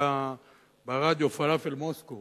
היה ברדיו "פלאפל מוסקו",